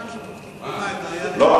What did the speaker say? לא.